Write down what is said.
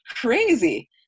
crazy